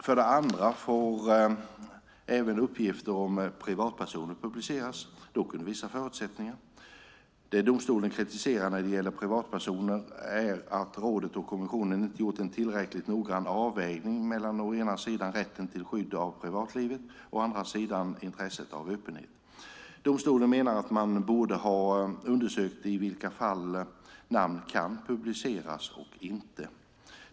För det andra får även uppgifter om privatpersoner publiceras, dock under vissa förutsättningar. Det domstolen kritiserar när det gäller privatpersoner är att rådet och kommissionen inte gjort en tillräckligt noggrann avvägning mellan å ena sidan rätten till skydd av privatlivet och å andra sidan intresset av öppenhet. Domstolen menar att man borde ha undersökt i vilka fall namn kan publiceras och inte.